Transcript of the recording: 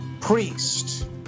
Priest